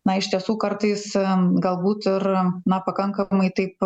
na iš tiesų kartais galbūt ir na pakankamai taip